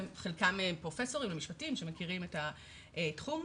חלקם פרופסורים למשפטים שמכירים את התחום.